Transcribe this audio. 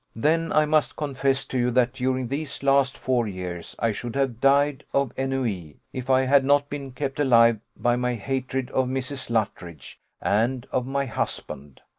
then i must confess to you that during these last four years i should have died of ennui if i had not been kept alive by my hatred of mrs. luttridge and of my husband.